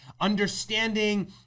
understanding